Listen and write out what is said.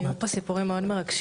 היו פה סיפורים מאוד מרגשים.